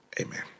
Amen